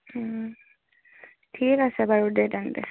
ঠিক আছে বাৰু দে তেন্তে